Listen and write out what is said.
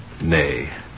Nay